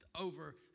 over